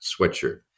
sweatshirt